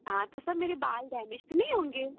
हाँ तो सर मेरे बाल डैमेज तो नहीं होंगे